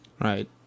Right